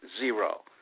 Zero